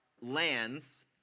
lands